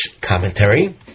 commentary